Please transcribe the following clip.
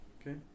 Okay